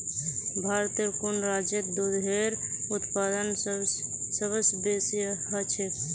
भारतेर कुन राज्यत दूधेर उत्पादन सबस बेसी ह छेक